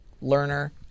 learner